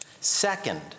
Second